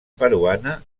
peruana